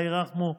אללה ירחמו,